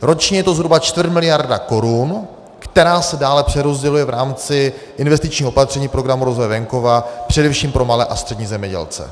Ročně je to zhruba čtvrtmiliarda korun, která se dále přerozděluje v rámci investičních opatření Programu rozvoje venkova především pro malé a střední zemědělce.